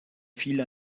viel